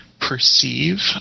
perceive